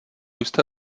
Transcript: jste